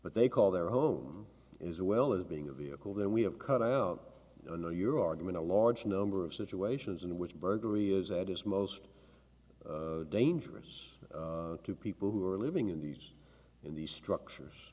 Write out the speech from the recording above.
but they call their home is a well as being a vehicle then we have cut out you know your argument a large number of situations in which burglary is that is most dangerous to people who are living in these in these structures